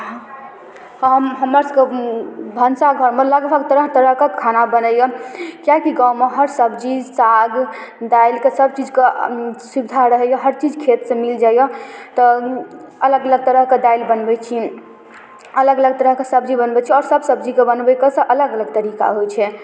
हम हमरसबके भनसाघरमे लगभग तरह तरहके खाना बनैए कियाकि गाममे हर सब्जी साग दालिके सबचीजके सुविधा रहैए हरचीज खेतसँ मिलि जाइए तऽ अलग अलग तरहके दालि बनबै छी अलग अलग तरहके सब्जी बनबै छी आओर सब सब्जीके सँ बनबैके अलग अलग तरीका होइ छै